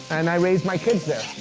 and i raised my kids there.